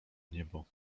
niebo